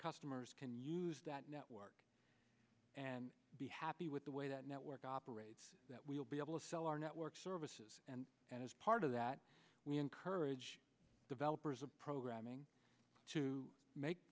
customers can use that network and be happy with the way that network operates that we'll be able to sell our network services and as part of that we encourage developers of programming to make